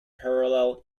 parallel